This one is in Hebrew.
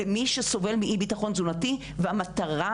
למי שסובל באי ביטחון תזונתי והמטרה,